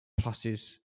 pluses